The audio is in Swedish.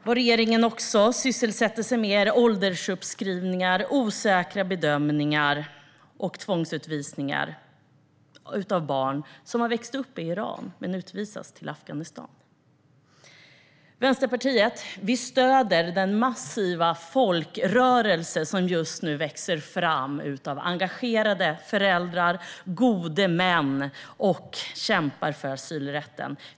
Vad regeringen också sysselsätter sig med är åldersuppskrivningar, osäkra bedömningar och tvångsutvisningar till Afghanistan av barn som har växt upp i Iran. Vänsterpartiet stöder den massiva folkrörelse som just nu växer fram av engagerade föräldrar, gode män och kämpar för asylrätten.